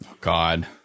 God